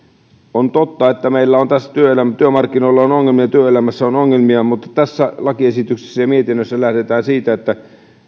on totta että meillä työmarkkinoilla on ongelmia ja työelämässä on ongelmia mutta tässä lakiesityksessä ja mietinnössä lähdetään siitä että